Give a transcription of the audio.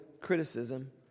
criticism